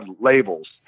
labels